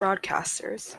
broadcasters